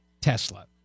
Tesla